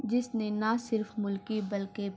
جس نے نہ صرف ملکی بلکہ